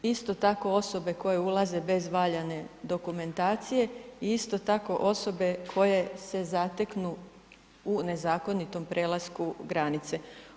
Isto tako osobe koje ulaze bez valjane dokumentacije i isto tako osobe koje se zateknu u nezakonitom prelasku granice.